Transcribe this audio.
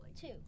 Two